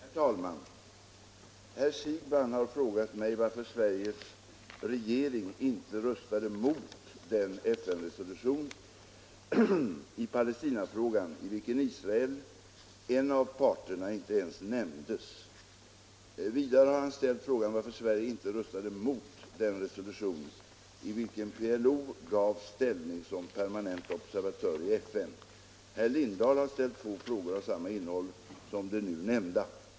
Herr talman! Herr Siegbahn har frågat mig varför Sveriges regering inte röstade mot den FN-resolution i Palestinafrågan i vilken Israel, en av parterna, inte ens nämndes. Vidare har han ställt frågan varför Sverige inte röstade mot den resolution i vilken PLO gavs ställning som permanent observatör i FN. Herr Lindahl i Hamburgsund har ställt två frågor av samma innehåll som de nu nämnda.